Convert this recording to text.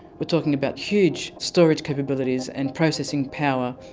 we're talking about huge storage capabilities and processing power,